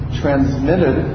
transmitted